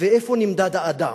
ואיפה נמדד האדם,